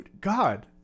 God